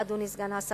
אדוני סגן השר,